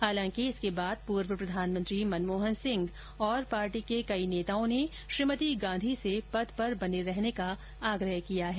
हालांकि इसके बाद पूर्व प्रधानमंत्री मनमोहन सिंह और पार्टी के कई नेताओं ने श्रीमती गांधी से पद पर बने रहने का आग्रह किया है